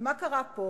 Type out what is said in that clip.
ומה קרה פה?